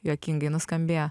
juokingai nuskambėjo